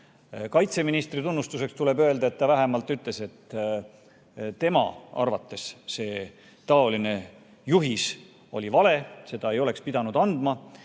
Kaitseministri tunnustuseks tuleb öelda, et ta vähemalt ütles: tema arvates see juhis oli vale, seda ei oleks pidanud andma